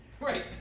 Right